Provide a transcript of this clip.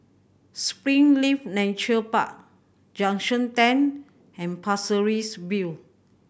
Springleaf Nature Park Junction Ten and Pasir Ris View